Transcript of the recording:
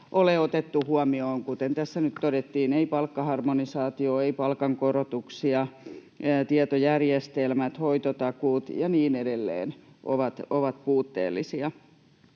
ole otettu huomioon, kuten tässä nyt todettiin, palkkaharmonisaatiota eikä palkankorotuksia ja tietojärjestelmät, hoitotakuut ja niin edelleen ovat puutteellisia.